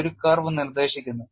ഇത് ഒരു കർവ് നിർദ്ദേശിക്കുന്നു